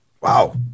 Wow